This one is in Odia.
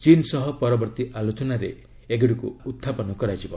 ଚୀନ ସହ ପରବର୍ତ୍ତୀ ଆଲୋଚନାରେ ଏଗୁଡ଼ିକୁ ଉତ୍ଥାପନ କରାଯିବ